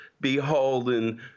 beholden